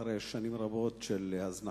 אחרי שנים רבות של הזנחה.